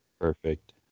Perfect